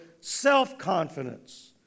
self-confidence